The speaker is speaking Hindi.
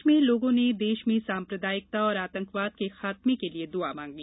प्रदेश में लोगों ने देश में साम्प्रदायिकता और आतंकवाद के खात्मे के लिये दुआ मांगी